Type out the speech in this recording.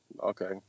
Okay